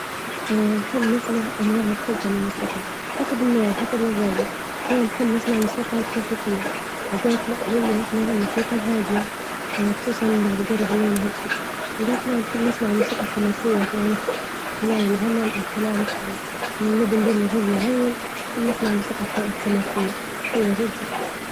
نحب نسمع أنواع مختلفة من الموسيقى حسب النوع، وحسب مزاجي، أحيانا نحب نسمع الموسيقى الكلاسيكية، أوجات لا نريد إن نسمع الموسيقى الهادية خصوصا بعد يقرب الليل وهكي، أوجات لا نريد إن نسمع الموسيقى الحماسية خلال العمل أوخلال هكي خلال نريد إن نجوم بعمل مجهود معين نحب نسمع الموسيجى الحماسية حلو جدا.